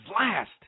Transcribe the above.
last